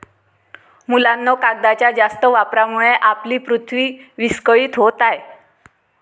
मुलांनो, कागदाच्या जास्त वापरामुळे आपली पृथ्वी विस्कळीत होत आहे